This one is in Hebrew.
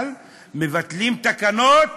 אבל מבטלים תקנות